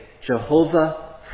Jehovah